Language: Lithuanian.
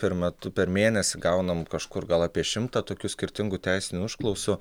per metu per mėnesį gaunam kažkur gal apie šimtą tokių skirtingų teisinių užklausų